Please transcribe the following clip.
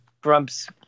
Grump's